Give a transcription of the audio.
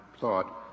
thought